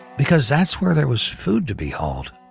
because that's where there was food to be hauled.